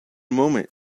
moment